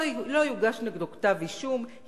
לא יוגש נגדו כתב אישום,